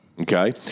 Okay